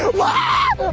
wow.